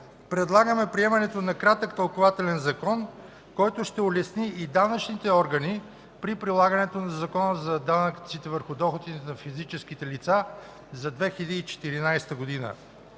предлагаме приемането на кратък тълкувателен закон, който ще улесни и данъчните органи при прилагането на Закона за данъците върху доходите на физическите лица за 2014 г.